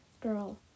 Girl